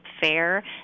fair